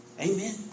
Amen